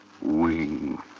wing